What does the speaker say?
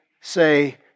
say